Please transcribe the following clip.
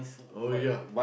oh ya